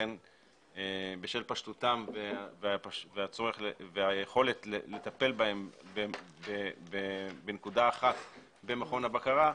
ולכן בשל פשטותם והיכולת לטפל בהם בנקודה אחת במכון הבקרה,